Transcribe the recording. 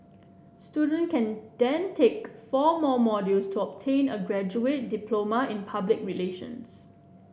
students can then take four more modules to obtain a graduate diploma in public relations